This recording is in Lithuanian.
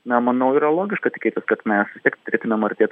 na manau yra logiška tikėtis kad mes vis tiek turėtumėm artėt